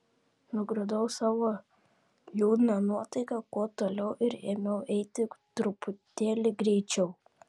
nugrūdau savo liūdną nuotaiką kuo toliau ir ėmiau eiti truputėlį greičiau